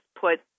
put